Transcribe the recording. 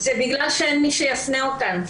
זה בגלל שאין מי שיפנה אותן,